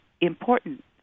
important